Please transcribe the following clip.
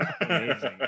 Amazing